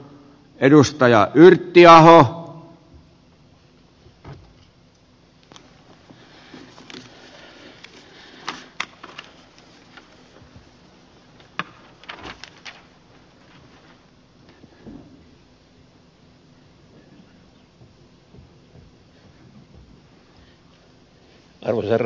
arvoisa herra puhemies